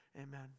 Amen